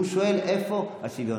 והוא שואל איפה השוויון,